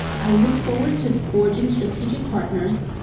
i look forward to forging strategic partners,